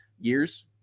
Years